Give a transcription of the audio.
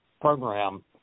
program